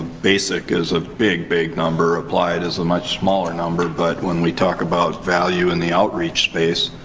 basic is a big, big number. applied is a much smaller number. but, when we talk about value in the outreach space,